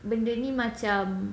benda ni macam